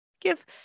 Give